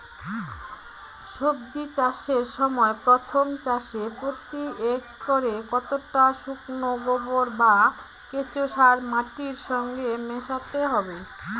সবজি চাষের সময় প্রথম চাষে প্রতি একরে কতটা শুকনো গোবর বা কেঁচো সার মাটির সঙ্গে মেশাতে হবে?